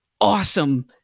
awesome